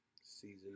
Season